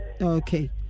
Okay